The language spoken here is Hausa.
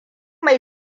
mai